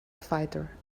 fighter